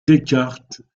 descartes